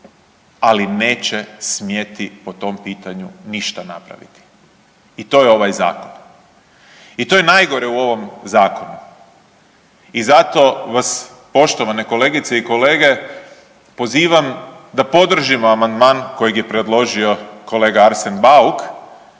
ali neće smjeti po tom pitanju ništa napraviti. I to je ovaj zakon i to je najgore u ovom zakonu. I zato vas poštovane kolegice i kolege pozivam da podržimo amandman koji je predložio kolega Arsen Bauk